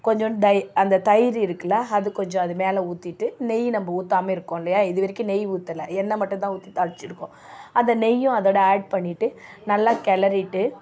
கொஞ்சோண்டு தை அந்த தயிர் இருக்குதுல்ல அது கொஞ்சம் அது மேலே ஊற்றிட்டு நெய் நம்ம ஊற்றாமையே இருக்கோம் இல்லையா இதுவரைக்கும் நெய் ஊற்றல எண்ணெய் மட்டுந்தான் ஊற்றி தாழிச்சிருக்கோம் அந்த நெய்யும் அதோடு ஆட் பண்ணிட்டு நல்லா கிளரிட்டு